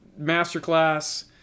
Masterclass